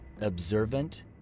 observant